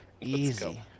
Easy